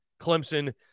Clemson